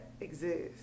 exist